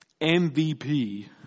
MVP